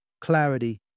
clarity